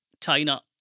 China